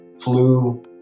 flu